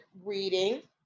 reading